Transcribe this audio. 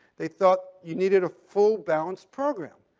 they thought you needed a full-balanced program.